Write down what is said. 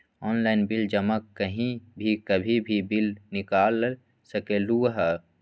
Online bill जमा कहीं भी कभी भी बिल निकाल सकलहु ह?